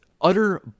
utter